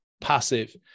passive